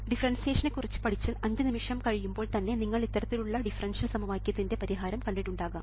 ഡിഫറെൻസിയേഷനെ കുറിച്ച് പഠിച്ച് അഞ്ച് നിമിഷം കഴിയുമ്പോൾ തന്നെ നിങ്ങൾ ഇത്തരത്തിലുള്ള ഡിഫറൻഷ്യൽ സമവാക്യത്തിൻറെ പരിഹാരം കണ്ടിട്ടുണ്ടാകാം